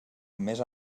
més